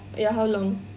ya how long